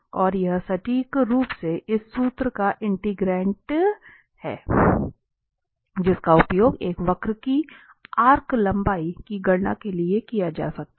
और यह सटीक रूप से इस सूत्र का इंटीग्रैंट है जिसका उपयोग एक वक्र की आर्क लंबाई की गणना के लिए किया जाता है